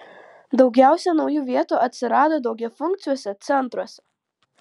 daugiausia naujų vietų atsirado daugiafunkciuose centruose